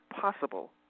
possible